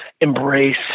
Embrace